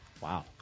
Wow